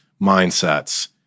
mindsets